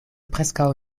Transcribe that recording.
preskaŭ